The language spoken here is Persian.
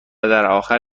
درآخر